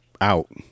out